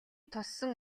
туссан